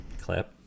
clip